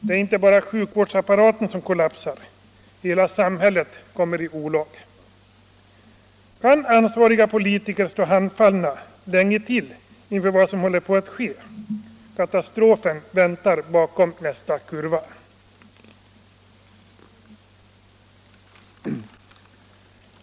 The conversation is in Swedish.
Det är inte bara sjukvårdsapparaten som kollapsar — hela samhället kommer i olag. Kan ansvariga politiker stå handfallna länge till inför vad som håller på att ske? Katastrofen väntar bakom nästa kurva.